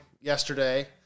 yesterday